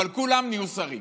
אבל כולם נהיו שרים.